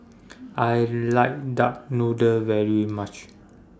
I like Duck Noodle very much